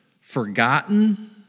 forgotten